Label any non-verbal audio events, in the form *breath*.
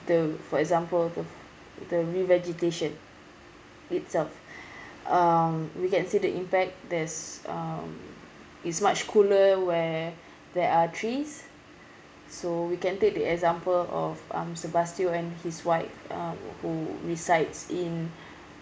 the for example the the re-vegetation itself *breath* um we can say the impact that's um is much cooler where there are trees so we can take the example of uh mister bastille and his wife uh who resides in